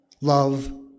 love